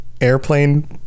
airplane